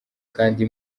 kandi